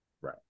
Right